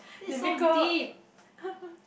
difficult